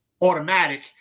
automatic